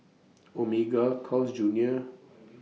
Omega Carl's Junior